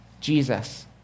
Jesus